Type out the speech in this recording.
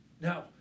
Now